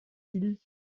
ils